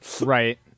Right